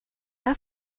här